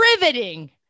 riveting